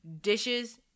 dishes